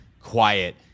quiet